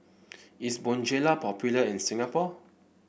is Bonjela popular in Singapore